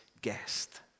guest